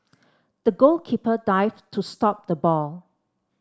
the goalkeeper dived to stop the ball